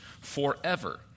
forever